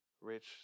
rich